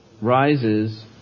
rises